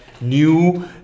new